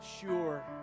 sure